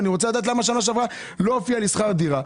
אני רוצה לדעת למה בשנה שעברה לא הופיע שכר דירה.